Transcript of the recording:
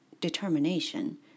determination